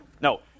no